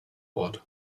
ort